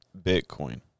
Bitcoin